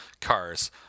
cars